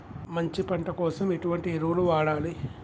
మంచి పంట కోసం ఎటువంటి ఎరువులు వాడాలి?